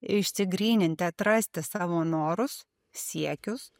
išsigryninti atrasti savo norus siekius